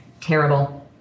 terrible